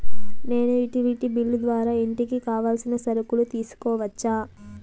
నేను utility bill ద్వారా ఇంటికి కావాల్సిన సరుకులు తీసుకోవచ్చా?